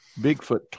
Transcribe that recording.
Bigfoot